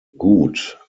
gut